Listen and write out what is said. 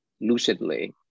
lucidly